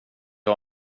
jag